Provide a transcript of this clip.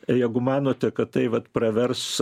ir jeigu manote kad tai vat pravers